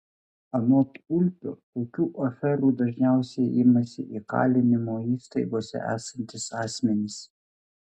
anot ulpio tokių aferų dažniausiai imasi įkalinimo įstaigose esantys asmenys